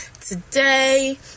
today